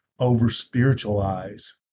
over-spiritualize